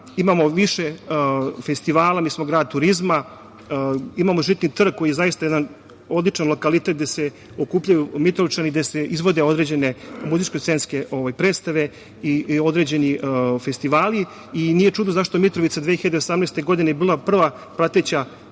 Imamo više festivala, mi smo grad turizma. Imamo trg koji je zaista jedan odličan lokalitet gde se okupljaju Mitrovčani, gde se izvode određene muzičko-scenske predstave i određeni festivali. Nije čudo što je Mitrovica 2018. godine bila prva prateća